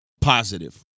positive